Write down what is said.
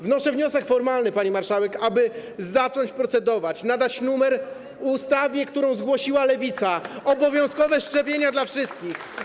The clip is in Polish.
Wnoszę wniosek formalny, pani marszałek, aby zacząć procedować, nadać numer ustawie, którą zgłosiła Lewica: obowiązkowe szczepienia dla wszystkich.